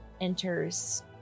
enters